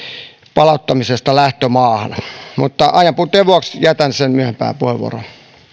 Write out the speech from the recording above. palauttamisesta lähtömaahan mutta ajanpuutteen vuoksi jätän sen myöhempään puheenvuoroon